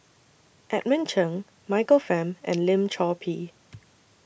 Edmund Cheng Michael Fam and Lim Chor Pee